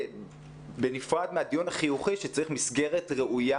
בנפרד מהדיון החינוכי שצריך מסגרת ראויה,